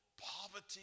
poverty